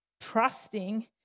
trusting